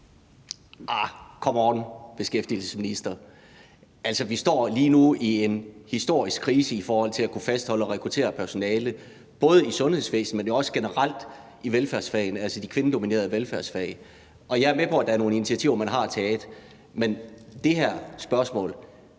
come on, beskæftigelsesminister! Altså, vi står lige nu i en historisk krise i forhold til at kunne fastholde og rekruttere personale, både i sundhedsvæsenet, men også generelt i velfærdsfagene, altså de kvindedominerede velfærdsfag. Og jeg er med på, at der er nogle initiativer, man har taget, men det her spørgsmål